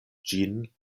ĝin